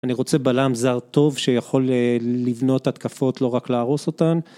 אני רוצה בלם זר טוב שיכול לבנות התקפות, לא רק להרוס אותן.